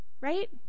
right